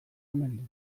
omen